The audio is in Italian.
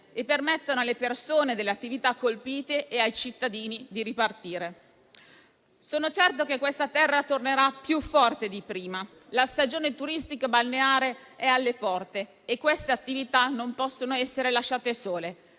e permettano ai cittadini e alle attività colpite di ripartire. Sono certa che questa terra tornerà più forte di prima. La stagione turistico-balneare è alle porte e queste attività non possono essere lasciate sole.